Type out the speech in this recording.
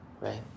right